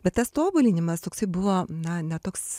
bet tas tobulinimas toksai buvo na ne toks